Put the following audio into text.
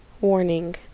Warning